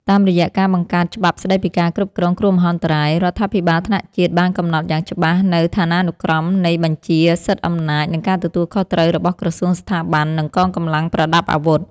តាមរយៈការបង្កើតច្បាប់ស្តីពីការគ្រប់គ្រងគ្រោះមហន្តរាយ រដ្ឋាភិបាលថ្នាក់ជាតិបានកំណត់យ៉ាងច្បាស់នូវឋានានុក្រមនៃបញ្ជា សិទ្ធិអំណាច និងការទទួលខុសត្រូវរបស់ក្រសួង ស្ថាប័ន និងកងកម្លាំងប្រដាប់អាវុធ។